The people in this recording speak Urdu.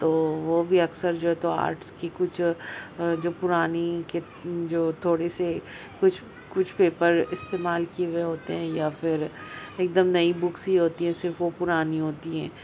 تو وہ بھی اکثر جو ہے تو آرٹس کی کچھ جو پرانی جو تھوڑے سے کچھ کچھ پیپر استعمال کیے ہوئے ہوتے ہیں یا پھر ایک دم نئی بکس ہی ہوتی ہیں صرف وہ پرانی ہوتی ہیں